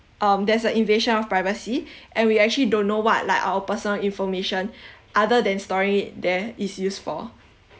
um there's a invasion of privacy and we actually don't know what like our personal information other than storing it there is used for